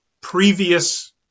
previous